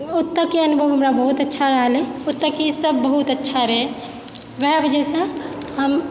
ओतएके अनुभव हमरा बहुत अच्छा रहलै ओतएके सभ बहुत अच्छा रहै वएह वजहसँ हम